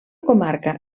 comarca